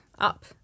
up